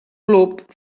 club